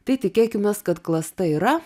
tai tikėkimės kad klasta yra